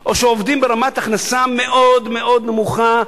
או עובדים ברמת הכנסה מאוד מאוד נמוכה,